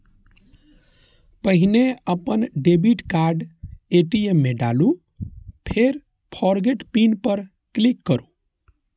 पहिने अपन debit card ATM मे डालू, फेर फोरगेट पिन पर क्लिक करू